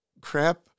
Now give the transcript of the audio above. crap